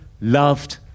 loved